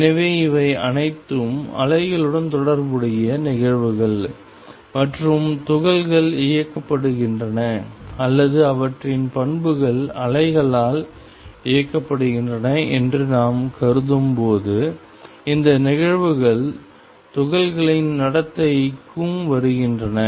எனவே இவை அனைத்தும் அலைகளுடன் தொடர்புடைய நிகழ்வுகள் மற்றும் துகள்கள் இயக்கப்படுகின்றன அல்லது அவற்றின் பண்புகள் அலைகளால் இயக்கப்படுகின்றன என்று நாம் கருதும் போது இந்த நிகழ்வுகள் துகள்களின் நடத்தைக்கும் வருகின்றன